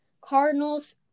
Cardinals